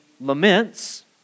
laments